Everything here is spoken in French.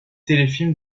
téléfilms